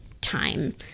time